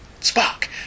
Spock